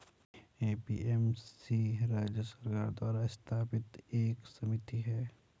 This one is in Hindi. ए.पी.एम.सी राज्य सरकार द्वारा स्थापित एक समिति है